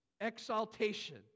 exaltation